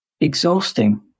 exhausting